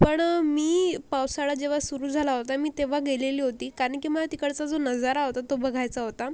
पण मी पावसाळा जेव्हा सुरू झाला होता मी तेव्हा गेलेली होती कारण की मला तिकडचा जो नजारा होता तो बघायचा होता